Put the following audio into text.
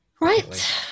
right